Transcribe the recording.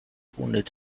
wounded